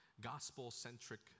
gospel-centric